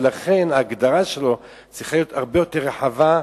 ולכן ההגדרה שלו צריכה להיות הרבה יותר רחבה,